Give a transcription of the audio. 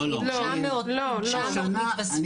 900 מתווספים.